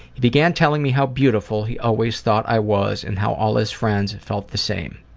he began telling me how beautiful he always thought i was and how all his friends felt the same.